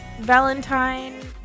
Valentine